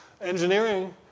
Engineering